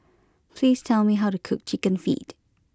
please tell me how to cook Chicken Feet